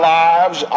lives